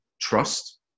trust